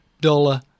dollar